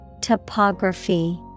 Topography